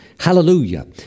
Hallelujah